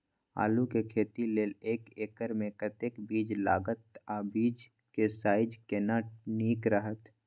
आलू के खेती लेल एक एकर मे कतेक बीज लागत आ बीज के साइज केना नीक रहत?